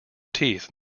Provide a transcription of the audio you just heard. teeth